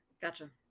Gotcha